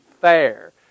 fair